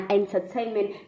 entertainment